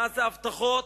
מאז ההבטחות?